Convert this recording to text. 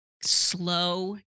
slow